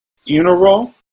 funeral